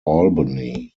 albany